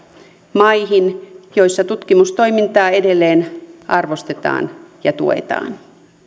maihin joissa tutkimustoimintaa edelleen arvostetaan ja tuetaan